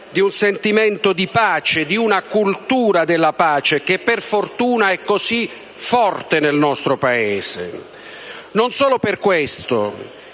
di un sentimento di pace, di una cultura della pace, che per fortuna è così forte nel nostro Paese, ma anche perché